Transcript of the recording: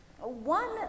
One